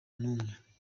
n’umwe